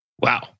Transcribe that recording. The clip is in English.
Wow